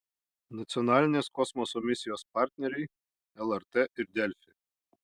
nacionalinės kosmoso misijos partneriai lrt ir delfi